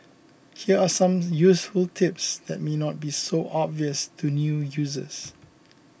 here are some useful tips that may not be so obvious to new users